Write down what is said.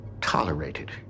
tolerated